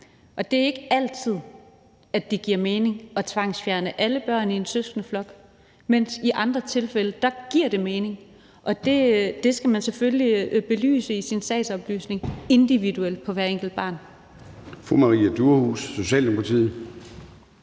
Det er ikke altid, at det giver mening at tvangsfjerne alle børn i en søskendeflok, mens det i andre tilfælde giver mening. Det skal man selvfølgelig belyse i sin sagsoplysning på individuel basis